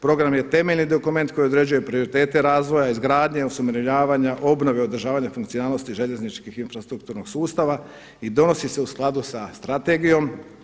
Program je temeljni dokument koji određuje prioritete razvoja, izgradnje, osuvremenjivanja, obnove i održavanja funkcionalnosti željezničkog infrastrukturnog sustava i donosi se u skladu sa strategijom.